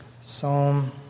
Psalm